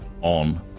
on